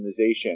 optimization